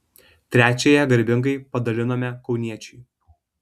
trečiąją garbingai padalinome kauniečiui